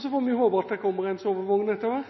Så får vi håpe at det kommer en